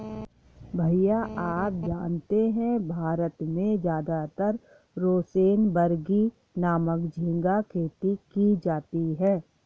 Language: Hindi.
भैया आप जानते हैं भारत में ज्यादातर रोसेनबर्गी नामक झिंगा खेती की जाती है